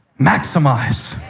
maximize.